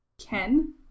Ken